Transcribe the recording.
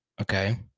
Okay